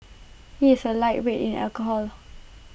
he is A lightweight in alcohol